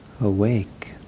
awake